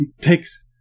takes